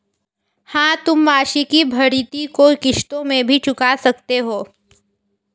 हाँ, तुम वार्षिकी भृति को किश्तों में भी चुका सकते हो